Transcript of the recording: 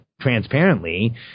transparently